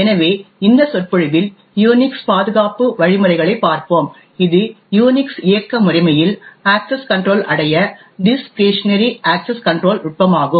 எனவே இந்த சொற்பொழிவில் யூனிக்ஸ் பாதுகாப்பு வழிமுறைகளைப் பார்ப்போம் இது யூனிக்ஸ் இயக்க முறைமையில் அக்சஸ் கன்ட்ரோல் அடைய டிஸ்க்ரிஷனரி அக்சஸ் கன்ட்ரோல் நுட்பமாகும்